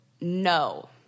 no